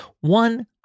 One